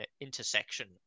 intersection